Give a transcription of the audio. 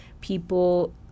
people